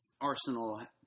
Arsenal